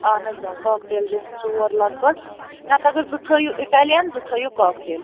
اہن حظ اۭں کۄاکٹیل رِنٛگہٕ ژور لگ بھگ نَہ تہٕ اَگر زٕ تھٲیو اِٹیلِین زٕ تھٲیو کۄاکٹیل